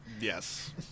Yes